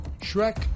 Shrek